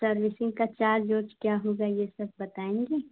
servicing का charge उर्ज क्या होगा यह सब बताएँगी